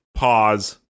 Pause